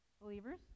believers